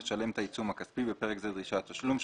לשלם את העיצום הכספי (בפרק זה דרישת תשלום),